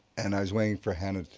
and i was waiting for hannah